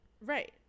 Right